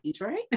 right